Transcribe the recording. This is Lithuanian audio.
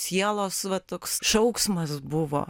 sielos va toks šauksmas buvo